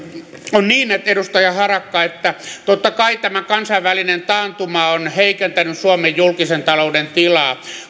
on niin edustaja harakka että totta kai tämä kansainvälinen taantuma on heikentänyt suomen julkisen talouden tilaa